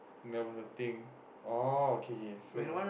there was a thing oh okay okay so